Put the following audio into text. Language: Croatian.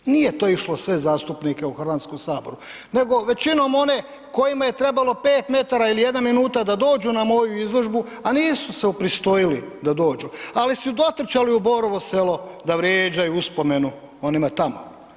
Nije to išlo sve zastupnike u HS-u nego većinom one kojima je trebalo 5 metara ili jedna minuta da dođu na moju izložbu, a nisu se upristojili da dođu, ali su dotrčali u Borovo Selo da vrijeđaju uspomenu onima tamo.